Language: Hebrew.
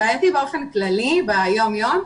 הוא בעייתי באופן כללי, ביום יום,